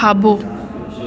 खाॿो